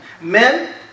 Men